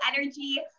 energy